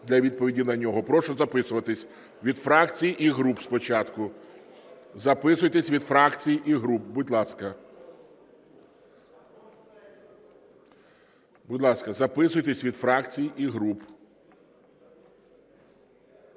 для відповіді на нього. Прошу записуватися від фракцій і груп спочатку. Записуйтеся від фракцій і груп, будь ласка. Будь ласка, записуйтеся від фракцій і груп.